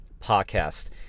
podcast